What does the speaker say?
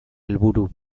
helburu